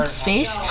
space